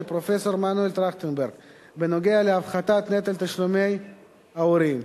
פרופסור מנואל טרכטנברג בנוגע להפחתת נטל תשלומי ההורים,